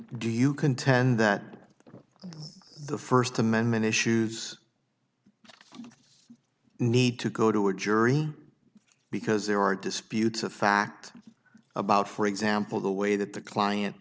do you contend that the first amendment issue is need to go to a jury because there are disputes of fact about for example the way that the client